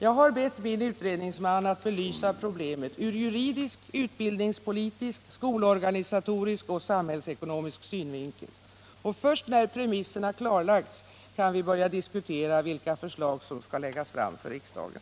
Jag har bett min utredningsman att belysa problemet ur juridisk, utbildningspolitisk, skolorganisatorisk och samhällsekonomisk synvinkel. Först när premisserna klarlagts kan vi börja diskutera vilka förslag som skall läggas fram för riksdagen.